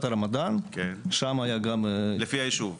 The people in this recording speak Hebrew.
הרמדאן שם היה גם --- לפי הישוב?